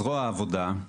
זרוע העבודה,